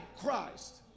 Christ